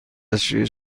دستشویی